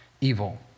evil